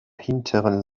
hinteren